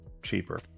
cheaper